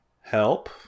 help